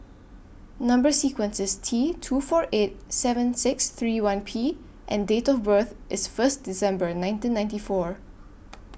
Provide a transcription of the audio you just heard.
Number sequence IS T two four eight seven six three one P and Date of birth IS First December nineteen ninety four